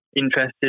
interested